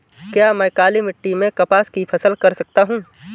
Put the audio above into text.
क्या मैं काली मिट्टी में कपास की फसल कर सकता हूँ?